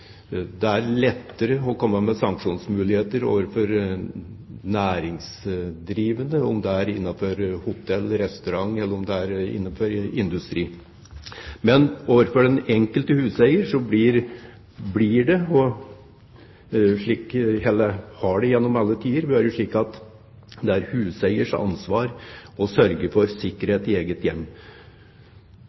Det er lettere å komme med sanksjoner overfor næringsdrivende – om det er innenfor hotell- og restaurantbransjen, eller om det er innenfor industri. Men når det gjelder den enkelte huseier, har det gjennom alle tider vært slik at det er huseiers ansvar å sørge for sikkerhet i eget hjem.